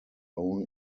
own